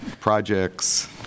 projects